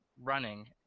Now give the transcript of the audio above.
running